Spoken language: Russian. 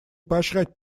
поощрять